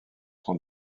sont